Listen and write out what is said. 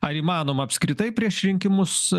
ar įmanoma apskritai prieš rinkimus